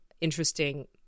interesting